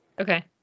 Okay